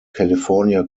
california